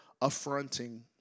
affronting